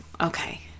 okay